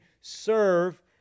serve